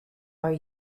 are